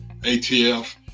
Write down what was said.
ATF